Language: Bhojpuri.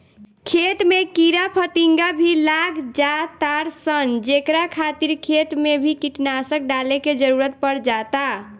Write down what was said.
खेत में कीड़ा फतिंगा भी लाग जातार सन जेकरा खातिर खेत मे भी कीटनाशक डाले के जरुरत पड़ जाता